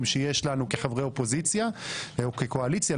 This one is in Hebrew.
שיש לנו כחברי אופוזיציה או כקואליציה,